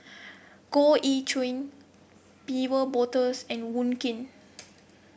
Goh Ee Choo Wolters and Wong Keen